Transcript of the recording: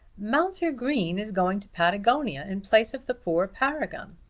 mounser green is going to patagonia, in place of the poor paragon.